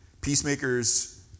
Peacemakers